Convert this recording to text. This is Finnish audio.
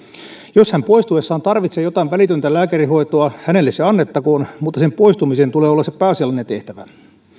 jos hän poistuessaan tarvitsee jotain välitöntä lääkärihoitoa hänelle se annettakoon mutta poistumisen tulee olla pääasiallinen tehtävä